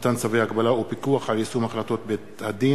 (מתן צווי הגבלה ופיקוח על יישום החלטות בית-הדין),